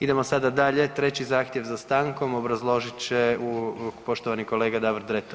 Idemo sada dalje, treći zahtjev za stankom obrazložit će poštovani kolega Davor Dretar.